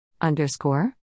Underscore